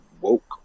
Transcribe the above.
woke